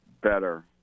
better